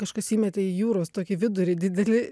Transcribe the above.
kažkas įmetė į jūros tokį vidurį didelį